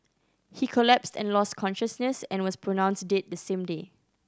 he collapsed and lost consciousness and was pronounced dead the same day